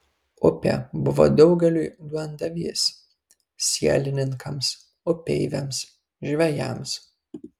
upė buvo daugeliui duondavys sielininkams upeiviams žvejams